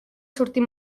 sortir